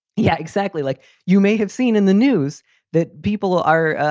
yeah, exactly. like you may have seen in the news that people are,